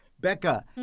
Becca